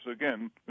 again